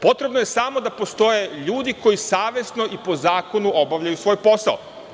Potrebno je samo da postoje ljudi koji savesno i po zakonu obavljaju svoj posao.